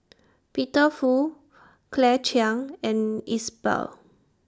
Peter Fu Claire Chiang and Iqbal